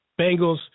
Bengals